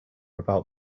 about